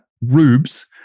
rubes